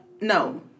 No